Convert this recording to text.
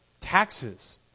taxes